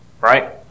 right